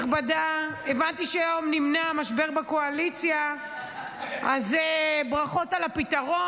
--- גם אם אתה מתנגד ואתה בעצם בעד, מותר לך,